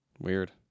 Weird